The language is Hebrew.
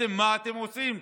ומה אתם עושים?